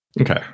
Okay